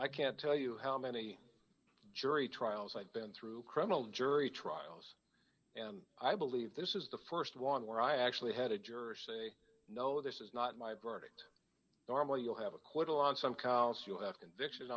i can't tell you how many jury trials i've been through criminal jury trials and i believe this is the st one where i actually had a juror say no this is not my burden normally you have acquittal on some counts you have conviction